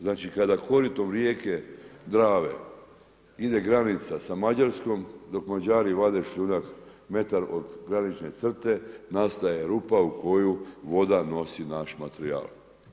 Znači kada koritom rijeke Drave ide granica sa Mađarskom dok Mađari vade šljunak metar od granične crte, nastaje rupa u koju voda nosi naš materijal.